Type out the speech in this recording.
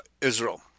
Israel